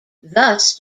thus